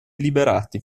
liberati